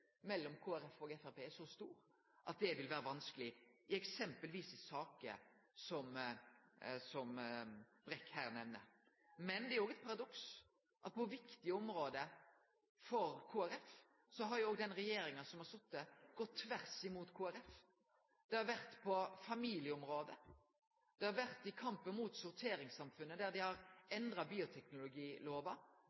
mellom Kristeleg Folkeparti og Framstegspartiet er så stor at det vil vere vanskeleg eksempelvis i sakene som Brekk her nemner. Men det er òg eit paradoks at på viktige område for Kristeleg Folkeparti har òg denne regjeringa gått tvert imot Kristeleg Folkeparti. Det gjeld på familieområdet, og det gjeld i kampen mot sorteringssamfunnet, der regjeringa har endra bioteknologilova. Det gjorde dei